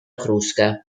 crusca